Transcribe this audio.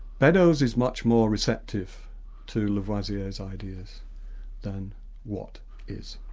beddoes is much more receptive to lavoisier's ideas than watt is.